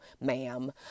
ma'am